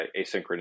asynchronous